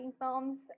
films